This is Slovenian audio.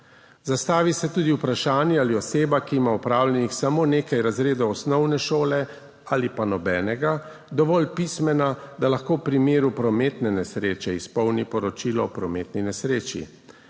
Zastavi se tudi vprašanje, ali je oseba, ki ima opravljenih samo nekaj razredov osnovne šole ali pa nobenega, dovolj pismena, da lahko v primeru prometne nesreče izpolni poročilo o prometni nesreči.